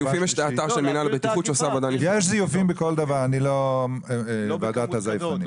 יש זיופים בכל דבר, אני לא ועדת הזייפנים.